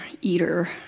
eater